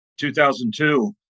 2002